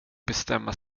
bestämma